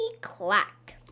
clack